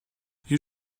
you